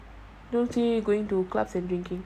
don't say going to clubs and drinking